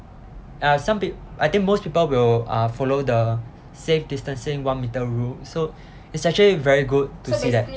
uh some peo~ I think most people will uh follow the safe distancing one metre rule so it's actually very good to see that